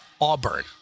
Auburn